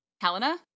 Helena